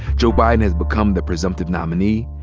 joe biden has become the presumptive nominee,